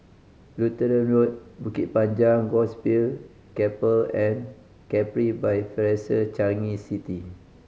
Lutheran Road Bukit Panjang Gospel Chapel and Capri by Fraser Changi City